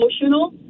emotional